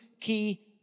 key